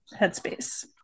headspace